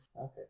Okay